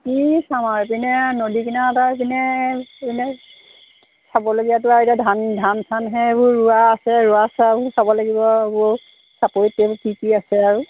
কি চাম আৰু এইপিনে আৰু নদী কিনাৰত আৰু এইপিনে এনেই চাবলগীয়াটো আৰু এতিয়া ধান ধান চানহে এইবোৰ ৰোৱা আছে ৰোৱা চোৱাবোৰ চাব লাগিব এইবোৰ চাপৰিত এইবোৰ কি কি আছে আৰু